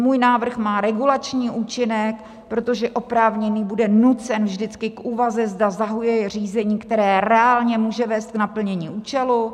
Můj návrh má regulační účinek, protože oprávněný bude nucen vždycky k úvaze, zda zahajuje řízení, které reálně může vést k naplnění účelu.